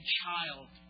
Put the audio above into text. child